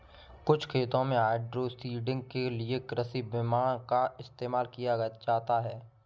कुछ खेतों में हाइड्रोसीडिंग के लिए कृषि विमान का इस्तेमाल किया जाता है